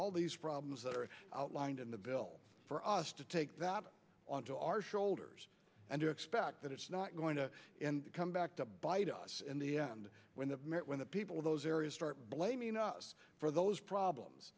all these problems that are outlined in the bill for us to take that on to our shoulders and to expect that it's not going to come back to bite us in the end when the when the people of those areas start blaming us for those problems